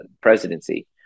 presidency